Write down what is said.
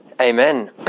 Amen